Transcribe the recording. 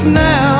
now